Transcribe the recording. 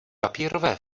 papírové